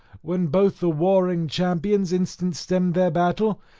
when both the warring champions instant stemmed their battle,